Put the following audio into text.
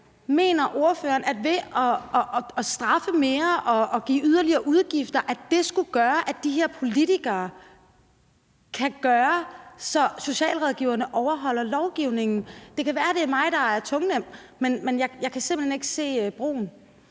mener ordføreren, at det at straffe mere og give yderligere udgifter skulle gøre, at de her politikere kan sørge for, at socialrådgiverne overholder lovgivningen? Det kan være, det er mig, der er tungnem, men jeg kan simpelt hen ikke se det.